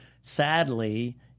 sadly